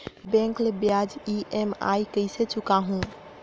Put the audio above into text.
मैं बैंक ला ब्याज ई.एम.आई कइसे चुकाहू?